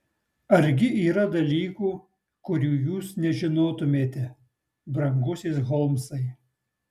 argi yra dalykų kurių jūs nežinotumėte brangusis holmsai